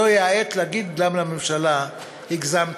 זוהי העת להגיד לממשלה, הגזמתם.